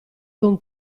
con